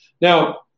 Now